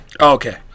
Okay